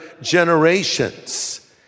generations